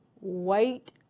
wait